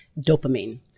dopamine